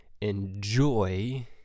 enjoy